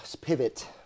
pivot